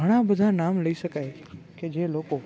ઘણાં બધાં નામ લઈ શકાય કે જે લોકો